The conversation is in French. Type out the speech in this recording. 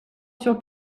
sur